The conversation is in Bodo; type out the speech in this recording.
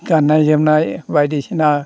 गान्नाय जोमनाय बायदिसिना